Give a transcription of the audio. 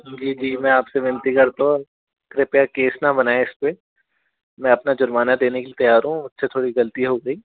जी जी मैं आपसे विनती करता हूँ कृपया केस न बनाए इसपे मैं अपना जुर्माना देने के लिए तैयार हूँ मुझसे थोड़ी गलती हो गई